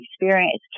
experience